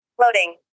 Loading